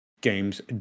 Games